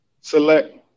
select